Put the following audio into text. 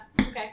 Okay